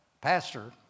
pastor